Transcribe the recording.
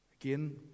again